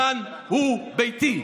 // כאן הוא ביתי".